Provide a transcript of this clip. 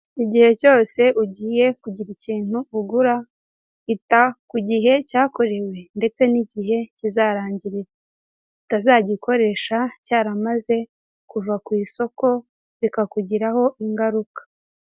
Igihe cyose ugiye kugira ikintu ugura, ita ku gihe cyakorewe ndetse n'igihe kizarangirira. Utazagikoresha cyaramaze kuva ku isoko, bikakugiraho ingaruka.